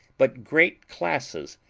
but great classes,